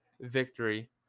victory